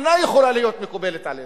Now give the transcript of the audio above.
והיא אינה יכולה להיות מקובלת עלינו.